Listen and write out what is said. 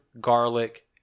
garlic